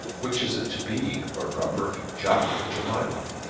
which is it to be, lord rufford, jack or jemima?